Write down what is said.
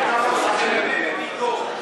אני כמוך,